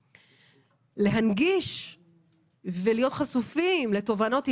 להנגיש ולהיות חשופים לתובנות ייצוגיות,